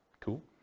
Cool